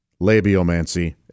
labiomancy